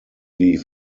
die